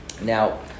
Now